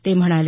ते म्हणाले